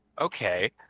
okay